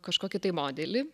kažkokį tai modelį